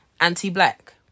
anti-black